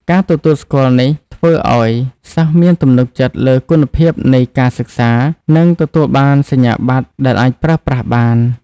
ការទទួលស្គាល់នេះធ្វើឱ្យសិស្សមានទំនុកចិត្តលើគុណភាពនៃការសិក្សា និងទទួលបានសញ្ញាបត្រដែលអាចប្រើប្រាស់បាន។